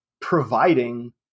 providing